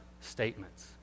statements